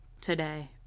Today